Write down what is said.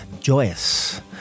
joyous